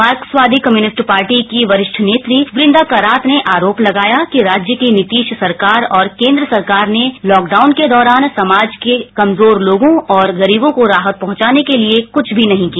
मार्क्सवादी communist party की वरिष्ठ नेता वृदा करात ने आरोप लगाया कि राज्य की नितीश सरकार और केन्द्र सरकार ने लॉकडाउन के दौरान समाज के कमजोर लोगों और गरीवों को राहत पहुंचाने के लिए कुछ भी नहीं किया